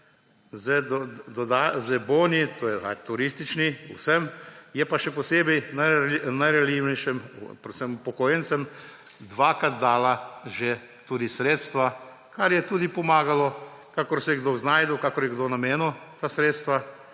z boni, to je turističnimi, vsem, je pa še posebej najranljivejšim, predvsem upokojencem, dvakrat dala že tudi sredstva, kar je tudi pomagalo; kakor se je kdo znašel, kakor je kdo namenil ta sredstva.